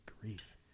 grief